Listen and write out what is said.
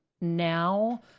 now